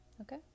okay